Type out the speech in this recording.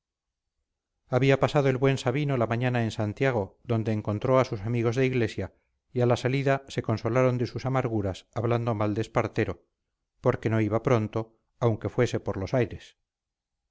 había pasado el buen sabino la mañana en santiago donde encontró a sus amigos de iglesia y a la salida se consolaron de sus amarguras hablando mal de espartero porque no iba pronto aunque fuese por los aires